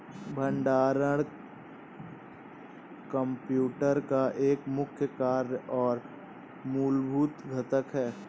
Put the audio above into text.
भंडारण कंप्यूटर का एक मुख्य कार्य और मूलभूत घटक है